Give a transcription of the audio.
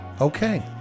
Okay